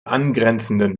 angrenzenden